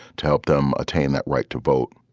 to help them attain that right to vote.